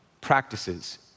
practices